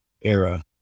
era